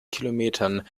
kilometern